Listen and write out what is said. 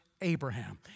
Abraham